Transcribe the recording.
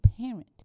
parent